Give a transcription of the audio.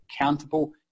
accountable